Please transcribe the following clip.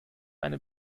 eine